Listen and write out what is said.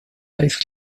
ice